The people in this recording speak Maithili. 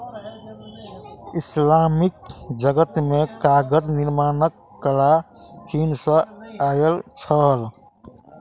इस्लामिक जगत मे कागज निर्माणक कला चीन सॅ आयल छल